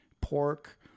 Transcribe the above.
pork